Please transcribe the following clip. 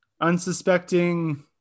unsuspecting